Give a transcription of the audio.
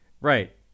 Right